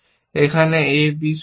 এখানে a b সত্য